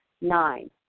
Nine